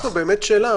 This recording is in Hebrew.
יש פה באמת שאלה.